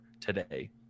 today